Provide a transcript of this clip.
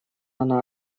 она